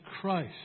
Christ